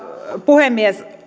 puhemies